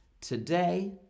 Today